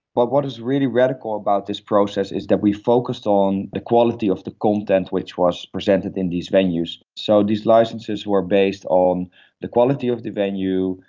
but what is really radical about this process is that we focus on the quality of the content which was presented in these venues. so these licences were based on the quality of the venue,